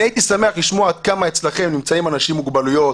הייתי שמח לשמוע עד כמה אצלכם נמצאים אנשים עם מוגבלויות,